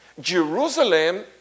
Jerusalem